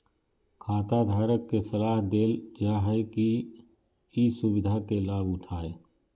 खाताधारक के सलाह देल जा हइ कि ई सुविधा के लाभ उठाय